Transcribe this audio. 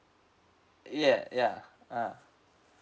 yeah ya ah